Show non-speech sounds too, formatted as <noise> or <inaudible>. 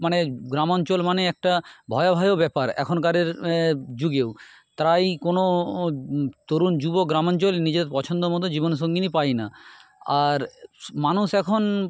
মানে গ্রাম অঞ্চল মানে একটা ভয় ভয়ও ব্যাপার এখনকারের এ যুগেও তাই কোনো তরুণ যুবক গ্রাম অঞ্চল নিজের পছন্দমত জীবন সঙ্গিনী পায় না আর সু <unintelligible> মানুষ এখন